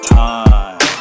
time